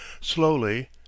slowly